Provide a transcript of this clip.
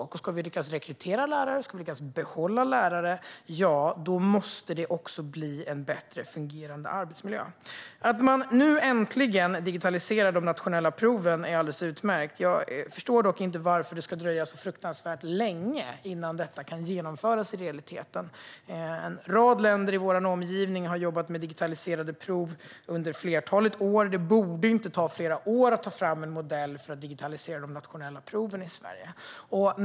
Och ska vi lyckas rekrytera lärare och behålla lärare måste det också bli en bättre fungerande arbetsmiljö. Att man äntligen digitaliserar de nationella proven är utmärkt. Jag förstår dock inte varför det ska dröja så fruktansvärt länge innan detta kan genomföras i realiteten. En rad länder i vår omgivning har jobbat med digitaliserade prov under ett flertal år, så det borde inte ta flera år att ta fram en modell för att digitalisera de nationella proven i Sverige.